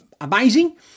amazing